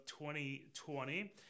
2020—